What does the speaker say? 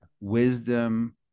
wisdom